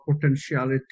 potentiality